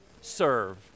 serve